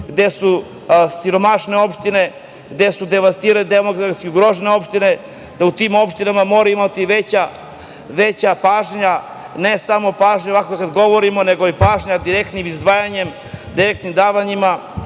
gde su siromašene opštine, gde su devastirane demografski ugrožene opštine, da u tim opštinama mora biti veća pažnja, ne samo pažnja ovako kad govorimo, nego i pažnja direktnim izdvajanjem, direktnim davanjima,